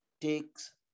takes